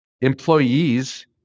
employees